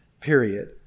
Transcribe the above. period